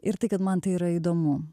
ir tai kad man tai yra įdomu